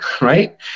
right